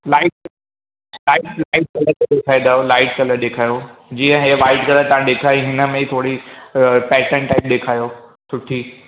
light light light colour जो ॾेखारंदव light colour ॾेखारियो जीअं इहो वाइट कलर तव्हां ॾेखारी हिन में ई थोरी पैटन टाइप ॾेखारियो सुठी